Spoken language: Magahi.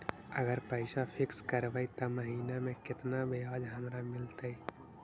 अगर पैसा फिक्स करबै त महिना मे केतना ब्याज हमरा मिलतै?